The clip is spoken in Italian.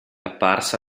apparsa